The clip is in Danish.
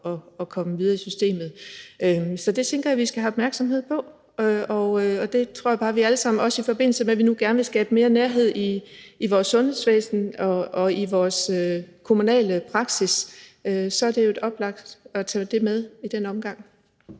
at komme videre i systemet. Så det tænker jeg vi skal have opmærksomhed på. Det gælder også, i forbindelse med at vi nu gerne vil skabe mere nærhed i vores sundhedsvæsen og i vores kommunale praksis, for så er det oplagt at tage det med i den her omgang.